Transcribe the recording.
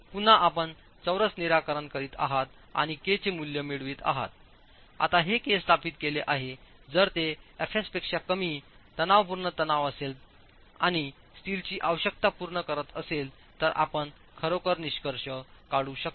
पुन्हा आपण चौरस निराकरण करीत आहात आणि k चे मूल्य मिळवित आहातआता हे k स्थापित केले आहे जर ते Fs पेक्षा कमी तणावपूर्ण तणाव असेल आणि स्टीलची आवश्यकता पूर्ण करत असेल तर आपण खरोखर निष्कर्ष काढू शकता